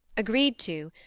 agreed to,